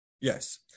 Yes